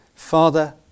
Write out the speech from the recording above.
Father